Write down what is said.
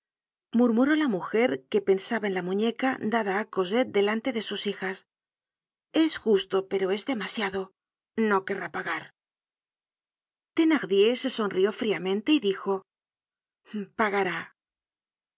murmuró la mujer que pensaba en la muñeca dada á cosette delante de sus hijas es justo pero es demasiado no querrá pagar thenardier se sonrió friamente y dijo pagará